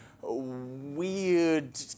weird